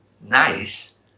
nice